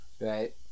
Right